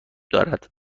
دارد